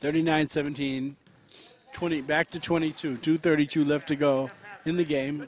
thirty nine seventeen twenty back to twenty two to thirty two left to go in the game